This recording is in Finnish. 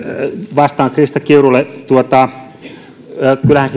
vastaan krista kiurulle kyllähän